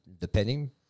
depending